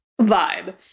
vibe